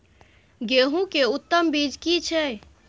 गेहूं के उत्तम बीज की छै?